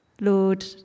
Lord